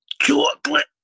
Chocolate